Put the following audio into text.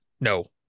No